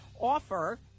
offer